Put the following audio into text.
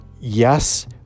Yes